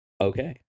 okay